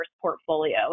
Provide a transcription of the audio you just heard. portfolio